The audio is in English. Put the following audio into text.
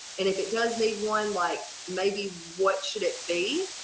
and if it does need one like maybe what should it be?